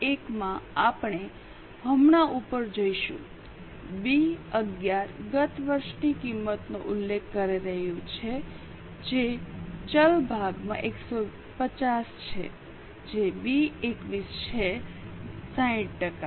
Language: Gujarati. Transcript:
1 માં આપણે હમણાં જ ઉપર જઈશું બી 11 ગત વર્ષની કિંમતનો ઉલ્લેખ કરી રહ્યું છે જે ચલ ભાગમાં 150 છે જે બી 21 છે 60 ટકા